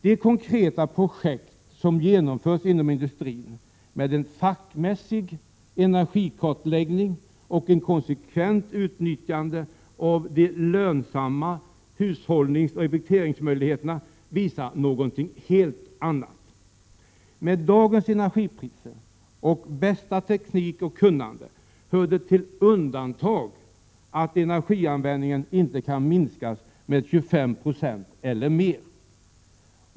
De konkreta projekt som genomförts inom industrin med en fackmässig energikartläggning och ett konsekvent utnyttjande av de lönsamma hushållningsoch effektiviseringsmöjligheterna visar något helt annat. Med dagens energipriser, bästa teknik och kunnande hör det till undantagen att energianvändningen inte kan minskas med 25 2 eller mer.